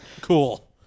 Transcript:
cool